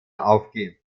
aufgegeben